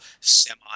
semi